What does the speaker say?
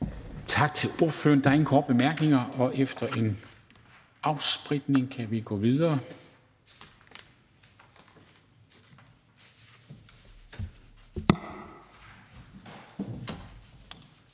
Tak til ordføreren. Der er ikke flere korte bemærkninger, og efter en afspritning kan vi gå videre.